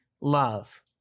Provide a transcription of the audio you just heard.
love